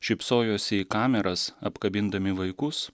šypsojosi į kameras apkabindami vaikus